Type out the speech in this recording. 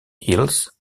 hills